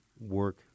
work